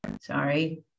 Sorry